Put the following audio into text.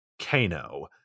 kano